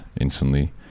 instantly